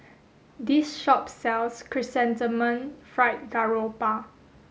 this shop sells chrysanthemum fried garoupa